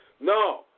No